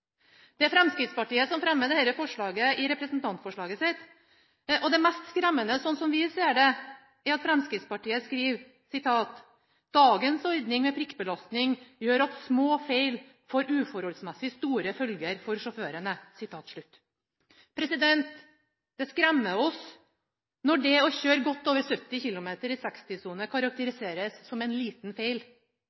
Det er Fremskrittspartiet som fremmer dette forslaget i representantforslaget sitt, og det mest skremmende, slik vi ser det, er at Fremskrittspartiet skriver at «dagens ordning for prikkbelastning gjør at små feil får uforholdsmessig store følger for sjåførene». Det skremmer oss når det å kjøre i godt over 70 km/t i en 60-sone karakteriseres som en «liten feil»,